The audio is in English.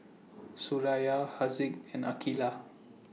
Suraya Haziq and Aqeelah